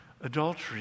adultery